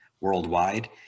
worldwide